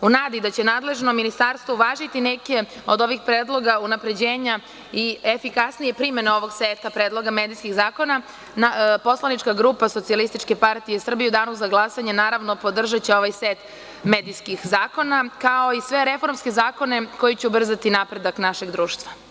U nadi da će nadležno ministarstvo uvažiti neke od ovih predloga unapređenja i efikasnije primene ovog seta predloga medijskih zakona, poslanička grupa SPS u danu za glasanje će naravno podržati ovaj set medijskih zakona, kao i sve reformske zakone koji će ubrzati napredak našeg društva.